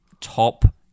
top